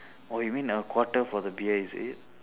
oh you mean a quarter for the beer is it